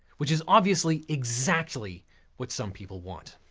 which is obviously exactly what some people want.